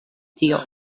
tio